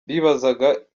bibazaga